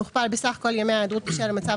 מוכפל בסך כל ימי ההיעדרות בשל המצב